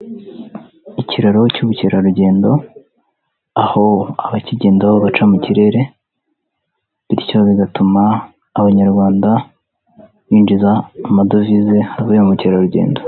Ikiraro cy'ubukerarugendo aho abakigendaho baca mu kirere, bityo bigatuma Abanyarwanda binjiza amadovize avuye mu bukerarugendo.